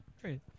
great